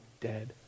dead